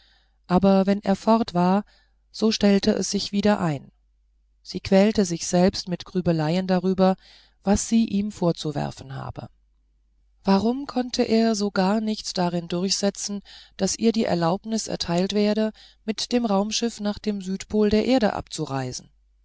aber wenn er fort war stellte es sich wieder ein sie quälte sich selbst mit grübeleien darüber was sie ihm vorzuwerfen habe warum konnte er so gar nichts darin durchsetzen daß ihr die erlaubnis erteilt werde mit dem raumschiff nach dem südpol der erde abzureisen